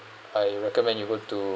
I recommend you go to